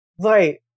right